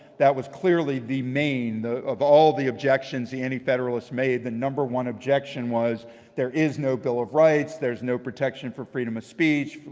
that was clearly the main, of all the objections the antifederalists made, the number one objection was there is no bill of rights, there's no protection for freedom of speech,